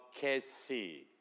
KC